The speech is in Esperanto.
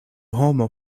homo